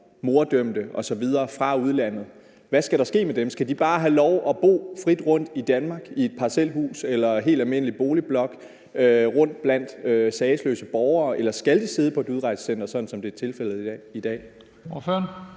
morddømte osv. fra udlandet. Hvad skal der ske med dem? Skal de bare have lov at bo frit rundtomkring i Danmark i et parcelhus eller i en helt almindelig boligblok blandt sagesløse borgere? Eller skalde sidde på et udrejsecenter, sådan som det er tilfældet i dag?